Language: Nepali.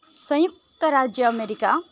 संयुक्त राज्य अमेरिका